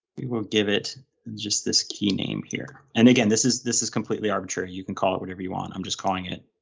will give it and just this key name here. and again, this is this is completely arbitrary, you can call it whatever you want. i'm just calling it,